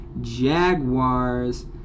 Jaguars